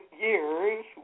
years